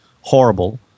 horrible